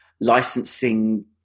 licensing